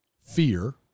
Fear